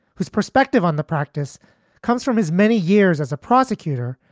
whose perspective on the practice comes from his many years as a prosecutor,